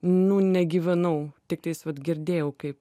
nu negyvenau tiktais vat girdėjau kaip